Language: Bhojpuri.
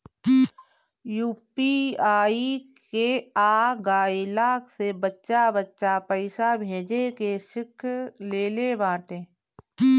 यू.पी.आई के आ गईला से बच्चा बच्चा पईसा भेजे के सिख लेले बाटे